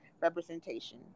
representation